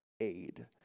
aid